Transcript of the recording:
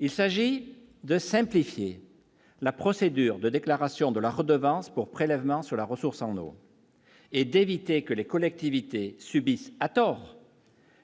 Il s'agit de simplifier la procédure de déclaration de la redevance pour prélèvement sur la ressource en eau et d'éviter que les collectivités subissent à tort